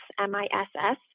M-I-S-S